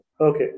Okay